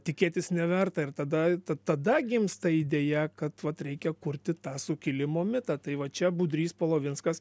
tikėtis neverta ir tada ta tada gimsta idėja kad vat reikia kurti tą sukilimo mitą tai va čia budrys polovinskas